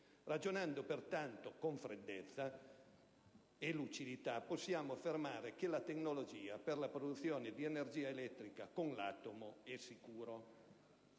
Ragionando pertanto con freddezza e lucidità, possiamo affermare che la tecnologia per la produzione di energia elettrica con l'atomo è sicura.